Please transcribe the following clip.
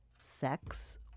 sex